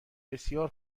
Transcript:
بسیار